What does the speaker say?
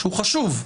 שהוא חשוב,